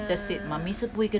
ya